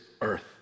earth